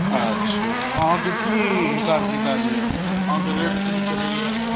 अच्छा तऽ अहाँकेँ की हिसाब किताब यऽ अहाँकेँ रेट की चलैया